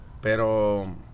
pero